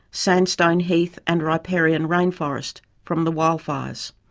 sandstone heath, and riparian rainforest from the wildfires.